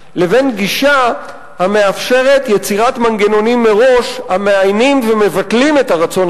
לבין גישה המאפשרת יצירתם מראש של מנגנונים המאיינים ומבטלים את הרצון